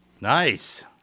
Nice